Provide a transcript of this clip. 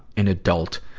an adult.